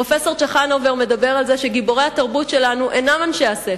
פרופסור צ'חנובר מדבר על זה שגיבורי התרבות שלנו אינם אנשי הספר,